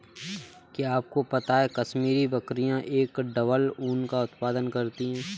क्या आपको पता है कश्मीरी बकरियां एक डबल ऊन का उत्पादन करती हैं?